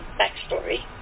backstory